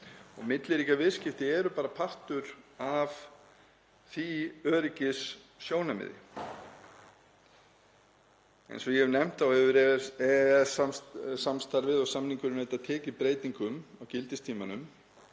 og milliríkjaviðskipti eru bara partur af því öryggissjónarmiði. Eins og ég hef nefnt hefur EES-samstarfið og samningurinn tekið breytingum á gildistímanum.